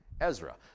Ezra